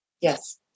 Yes